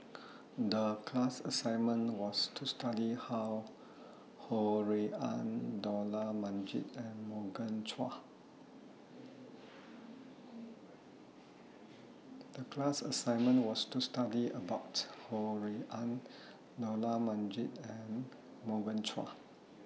The class assignment was to study How Ho Rui An Dollah Majid and Morgan Chua